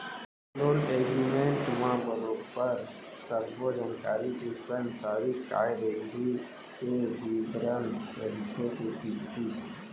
loan agreement म बरोबर सब्बो जानकारी के संग तारीख काय रइही के बिबरन रहिथे के किस्ती